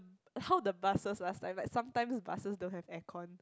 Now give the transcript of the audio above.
how the buses last time right sometimes buses don't have aircon